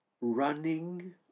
running